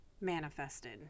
manifested